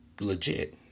legit